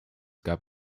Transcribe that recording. gab